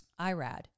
Irad